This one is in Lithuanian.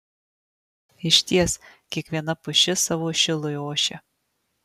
išties kiekviena pušis savo šilui ošia